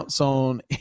on